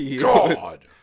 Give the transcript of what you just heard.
God